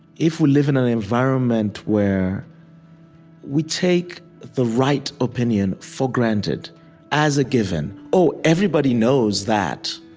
if we live in an environment where we take the right opinion for granted as a given oh, everybody knows that